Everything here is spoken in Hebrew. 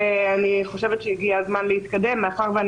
ואני חושבת שהגיע הזמן להתקדם מאחר שאני